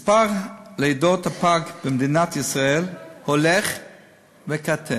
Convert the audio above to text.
מספר לידות הפג במדינת ישראל הולך וקטן